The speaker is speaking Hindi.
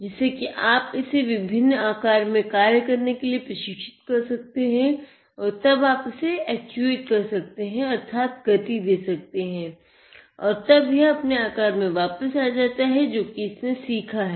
जिससे आप इसे विभिन्न आकार में कार्य करने के लिए प्रशिक्षित कर सकते हैं और तब आप इसे एक्चुएट कर सकते हैं अर्थात गति दे सकते हैं और तब यह अपने आकार में वापस आ जाता है जो की इसने सीखा है